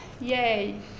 yay